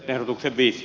ehdotukset viisi